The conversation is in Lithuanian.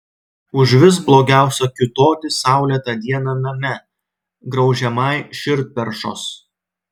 užvis blogiausia kiūtoti saulėtą dieną name graužiamai širdperšos